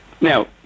Now